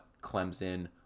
Clemson